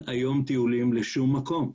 כאשר לילדי הארץ אין היום טיולים לשום מקום.